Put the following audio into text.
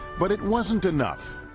but it wasn't enough.